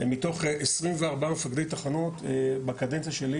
מתוך עשרים וארבעה מפקדי תחנות בקדנציה שלי,